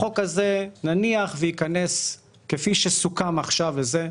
החוק הזה נניח ויכנס כפי שסוכם עכשיו וזה,